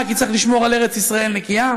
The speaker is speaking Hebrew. כי צריך לשמור על ארץ ישראל נקייה,